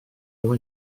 dyma